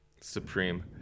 Supreme